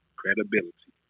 credibility